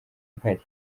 nkari